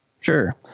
Sure